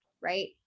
right